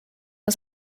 das